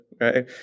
right